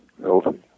healthy